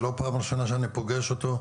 זו לא הפעם הראשונה שאני פוגש אותו,